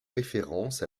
référence